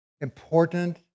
important